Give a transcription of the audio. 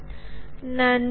Thank you